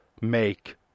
make